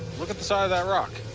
look at the side of that rock.